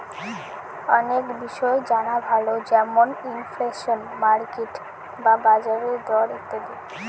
অনেক বিষয় জানা ভালো যেমন ইনফ্লেশন, মার্কেট বা বাজারের দর ইত্যাদি